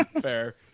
Fair